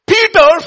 Peter